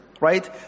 Right